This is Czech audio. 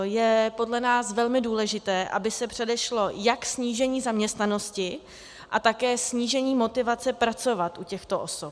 Je podle nás velmi důležité, aby se předešlo jak snížení zaměstnanosti a také snížení motivace pracovat u těchto osob.